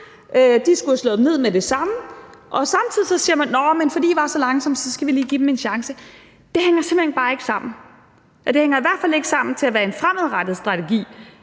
de skulle have slået dem ned med det samme. Samtidig siger man, på den anden side, at fordi de var så langsomme, skal vi lige give dem en chance. Det hænger simpelt hen bare ikke sammen. Det hænger i hvert fald ikke nok sammen til at være en fremadrettet strategi,